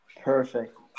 Perfect